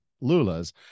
Lula's